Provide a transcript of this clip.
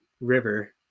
River